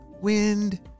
wind